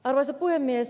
arvoisa puhemies